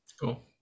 cool